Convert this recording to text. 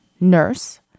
nurse